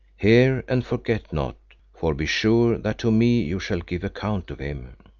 hear and forget not, for be sure that to me you shall give account of him.